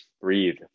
breathe